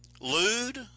lewd